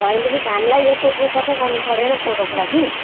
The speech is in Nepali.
भनेपछि धानलाई जस्तो दुःख चाहिँ गर्नुपरेन कोदोको लागि